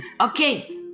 Okay